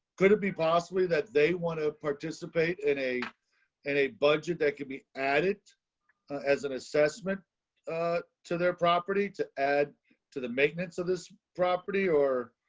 could it be possibly that they want to participate in a in a budget that can be added as an assessment ah to their property to add to the maintenance of this property or,